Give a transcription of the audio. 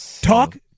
talk